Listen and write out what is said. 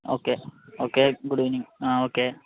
okay okay good evening ah okay